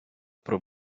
про